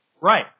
Right